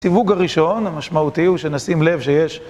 סיווג הראשון, המשמעותי, הוא שנשים לב שיש